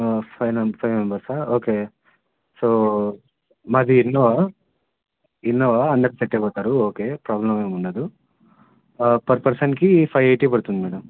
five five మెంబర్సా okay so మాది Innova Innova అందరు సెట్ అయిపోతారు ఓకే ప్రాబ్లమ్ ఏమి ఉండదు పర్ పర్సన్కి ఫైవ్ ఎయిటీ పడుతుంది మేడమ్